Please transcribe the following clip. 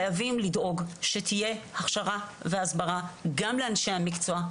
חייבים לדאוג שתהיה הכשרה והסברה גם לאנשי המקצוע,